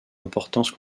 importance